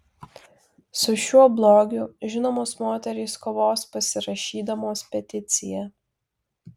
su šiuo blogiu žinomos moterys kovos pasirašydamos peticiją